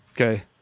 Okay